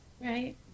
right